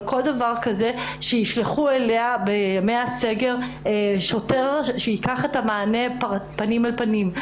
צריך שישלחו אליה בימי הסגר שוטר שייקח את המענה פנים אל פנים.